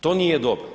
To nije dobro.